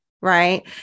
right